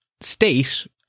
state